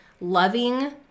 loving